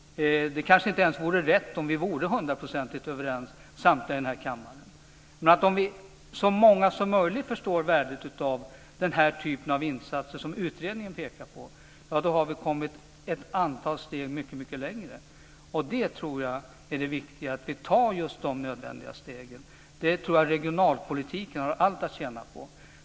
Det kanske inte ens vore rätt om samtliga i den här kammaren vore hundraprocentigt överens. Men om så många som möjligt förstår värdet av den här typen av insatser som utredningen pekar på har vi kommit ett antal steg mycket längre. Jag tror att det viktiga är att vi tar just de nödvändiga stegen. Det tror jag att regionalpolitiken har allt att tjäna på.